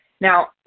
now